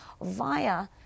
via